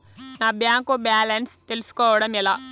నా bank balance తెలుస్కోవడం ఎలా?